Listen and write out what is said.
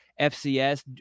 FCS